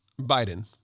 Biden